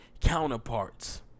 counterparts